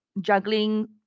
juggling